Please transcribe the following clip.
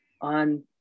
on